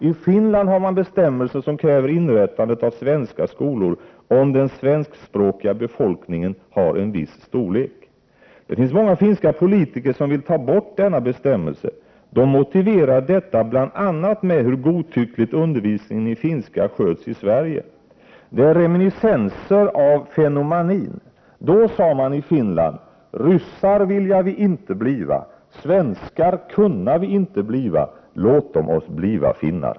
I Finland har man bestämmelser som kräver inrättandet av svenska skolor om den svenskspråkiga befolkningen har en viss storlek. Det finns många finska politiker som vill ta bort dessa bestämmelser. De motiverar detta bl.a. med hur godtyckligt undervisningen i finska sköts i Sverige. Det är reminiscenser av fennomanin. Då sade man i Finland: Ryssar vilja vi inte bliva, svenskar kunna vi inte bliva, låtom oss bliva finnar.